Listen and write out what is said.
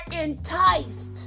enticed